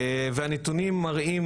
הנתונים מראים,